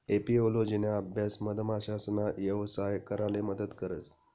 एपिओलोजिना अभ्यास मधमाशासना यवसाय कराले मदत करस